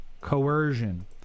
Coercion